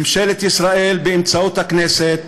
ממשלת ישראל, באמצעות הכנסת,